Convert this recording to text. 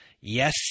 yes